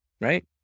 right